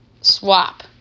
swap